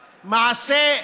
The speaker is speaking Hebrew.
המעשה,